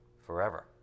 Forever